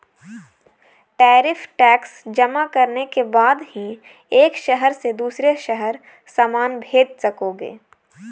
tariff tax जमा करने के बाद ही एक शहर से दूसरे शहर सामान भेज सकोगे